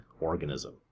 organism